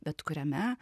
bet kuriame